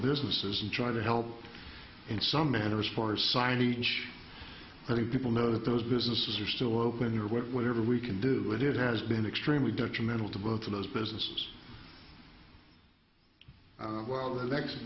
businesses and try to help in some manner as far as signage letting people know that those businesses are still open your work whatever we can do with it has been extremely detrimental to both of those businesses well the next